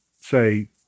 say